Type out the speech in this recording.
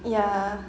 ya